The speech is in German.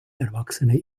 erwachsene